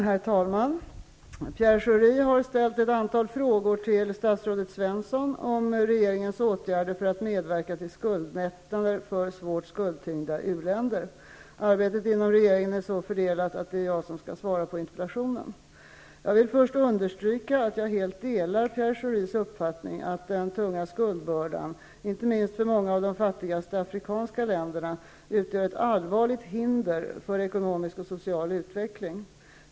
Herr talman! Pierre Schori har ställt ett antal frågor till statsrådet Svensson om regeringens åtgärder för att medverka till skuldlättnader för svårt skuldtyngda u-länder. Arbetet inom regeringen är så fördelat att det är jag som skall svara på interpellationen. Jag vill först understryka att jag helt delar Pierre Schoris uppfattning att den tunga skuldbördan, inte minst för många av de fattigaste afrikanska länderna, utgör ett allvarligt hinder för ekonomisk och social utveckling.